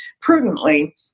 prudently